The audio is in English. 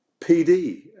PD